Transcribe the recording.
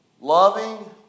Loving